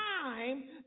time